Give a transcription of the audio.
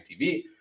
TV